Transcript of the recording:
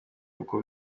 uko